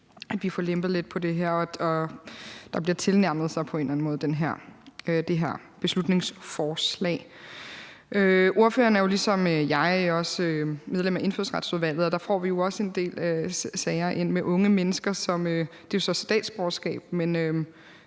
at vi får lempet lidt på det her, og at der på en eller anden måde sker en tilnærmelse af det her beslutningsforslag. Ordføreren er ligesom mig også medlem af Indfødsretsudvalget, og der får vi jo også en del sager ind med unge mennesker – det vedrører jo så statsborgerskab –